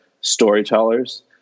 storytellers